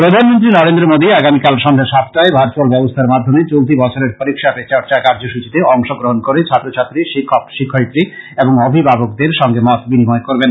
প্রধানমন্ত্রী নরেন্দ্র মোদী আগামী সাত এপ্রিল অর্থাৎ বুধবার সন্ধ্যা সাতটায় ভার্চুয়েল ব্যবস্থার মাধ্যমে চলতি বছরের পরীক্ষা পে চর্চা কার্যসচীতে অংশগ্রহণ করে ছাত্রছাত্রী শিক্ষক শিক্ষয়িত্রী এবং অভিভাবকদের সঙ্গে মত বিনিময় করবেন